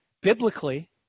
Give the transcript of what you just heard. biblically